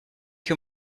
you